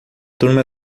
turma